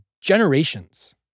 generations